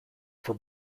for